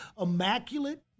immaculate